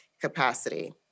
capacity